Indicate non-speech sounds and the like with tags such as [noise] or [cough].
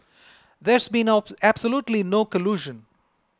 there's been [unintelligible] absolutely no collusion